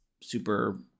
super